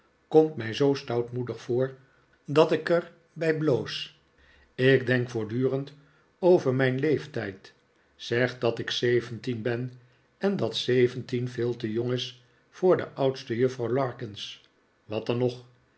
komt mij zoo stoutmoedig voor dat ik er bij bloos ik denk voortdurend over mijn leeftijd zeg dat ik zeventien ben en dat zeventien veel te jong is voor de oudste juffrouw larkins wat dan nog